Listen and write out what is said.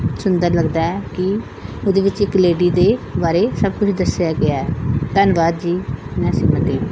ਸੁੰਦਰ ਲੱਗਦਾ ਹੈ ਕਿ ਉਹਦੇ ਵਿੱਚ ਇੱਕ ਲੇਡੀ ਦੇ ਬਾਰੇ ਸਭ ਕੁਝ ਦੱਸਿਆ ਗਿਆ ਧੰਨਵਾਦ ਜੀ